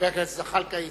ג'מאל זחאלקה.